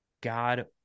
God